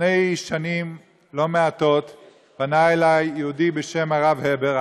לפני שנים לא מעטות פנה אליי יהודי בשם הרב הבר,